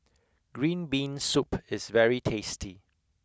green bean soup is very tasty